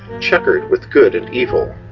checkered with good and evil.